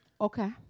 Okay